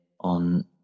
on